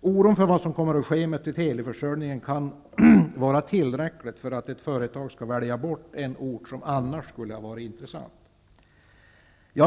Oron för vad som kommer att ske med teleförsörjningen kan vara tillräcklig för att ett företag väljer bort en ort som annars skulle ha varit intressant.